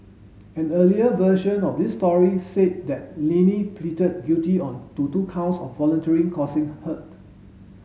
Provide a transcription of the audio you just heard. an earlier version of this story said that Lenny pleaded guilty on to two counts of voluntary causing hurt